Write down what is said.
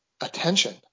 attention